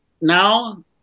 now